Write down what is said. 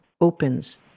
opens